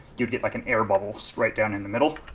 you'd get like an air bubble right down in the middle.